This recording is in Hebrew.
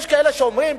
יש כאלה שאומרים,